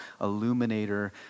illuminator